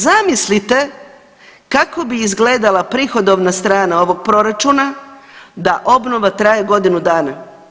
Zamislite kako bi izgledala prihodovna strana ovog proračuna da obnova traje godinu dana.